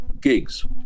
gigs